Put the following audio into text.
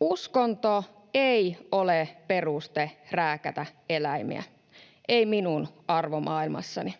Uskonto ei ole peruste rääkätä eläimiä, ei minun arvomaailmassani.